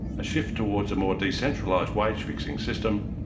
a shift towards a more decentralised wage fixing system,